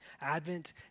Advent